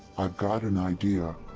i've got an idea.